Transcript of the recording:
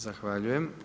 Zahvaljujem.